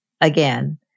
again